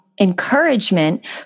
encouragement